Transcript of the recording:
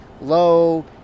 low